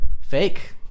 Fake